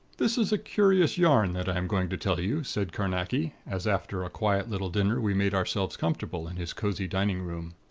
this is a curious yarn that i am going to tell you, said carnacki, as after a quiet little dinner we made ourselves comfortable in his cozy dining room.